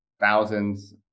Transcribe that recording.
thousands